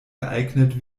geeignet